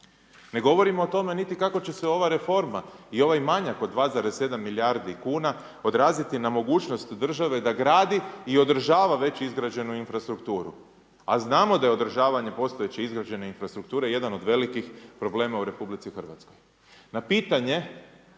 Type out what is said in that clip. Ne govorimo o tome niti kako će se ova reforma i ovaj manjak od 2,7 milijardi kuna odraziti na mogućnost države da gradi i održava već izgrađenu infrastrukturu, a znamo da je održavanje postojeće izgrađene infrastrukture jedan od velikih problema u RH. Na pitanje